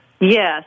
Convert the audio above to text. Yes